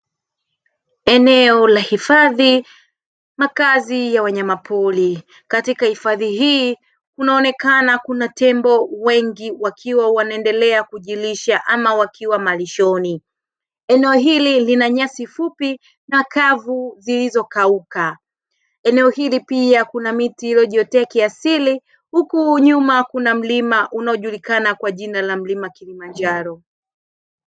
Eneo la hifadhi, makazi ya wanyamapori, katika hifadhi hii kunaonekana kuna tembo wengi wakiwa wanaendelea kujilisha ama wakiwa malishoni. Eneo hili lina nyasi fupi na kavu zilizokauka. Eneo hili pia kuna miti iliyojiotea kiasili, huku nyuma kuna mlima unaojulikana kwa jina la mlima Kilimanjaro.